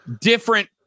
different